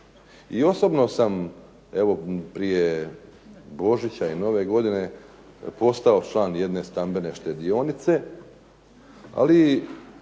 I osobno sam evo prije Božića i Nove godine postao član jedne stambene štedionice, ali